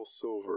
silver